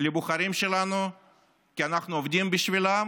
לבוחרים שלנו כי אנחנו עובדים בשבילם